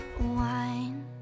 wine